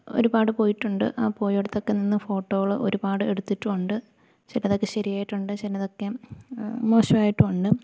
ഒരുപാട് പോയിട്ടുണ്ട് ആ പോയെടുത്തൊക്കെ നിന്ന് ഫോട്ടോകൾ ഒരുപാട് എടുത്തിട്ടും ഉണ്ട് ചിലത് ഒക്കെ ശരിയായിട്ടുണ്ട് ചിലത് ഒക്കെ മോശമായിട്ടും ഉണ്ട്